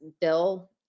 bill